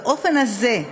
באופן הזה,